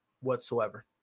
whatsoever